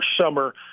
summer